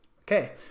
Okay